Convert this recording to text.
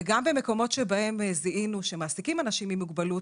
גם במקומות שבהם זיהינו שמעסיקים אנשים עם מוגבלות,